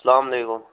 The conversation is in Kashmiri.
اسلام وعلیکم